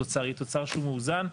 התוצר הוא תוצר שהוא מאוזן,